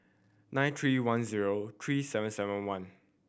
nine three one zero three seven seven one